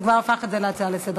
הוא כבר הפך את זה להצעה לסדר-היום,